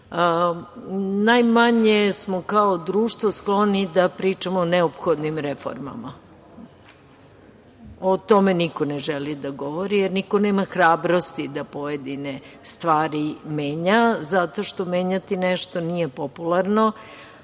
Najmanje smo kao društvo skloni da pričamo o neophodnim reformama. O tome niko ne želi da govori, jer niko nema hrabrosti da pojedine stvari menja zato što menjati nešto nije popularno,